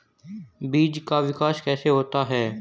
बीज का विकास कैसे होता है?